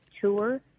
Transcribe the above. Tour